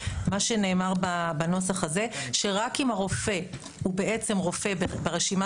מה שנאמר בנוסח הזה שרק אם הרופא הוא בעצם רופא ברשימה